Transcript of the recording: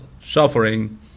suffering